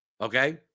Okay